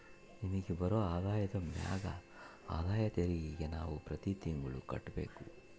ನಮಿಗ್ ಬರೋ ಆದಾಯದ ಮ್ಯಾಗ ಆದಾಯ ತೆರಿಗೆನ ನಾವು ಪ್ರತಿ ತಿಂಗ್ಳು ಕಟ್ಬಕು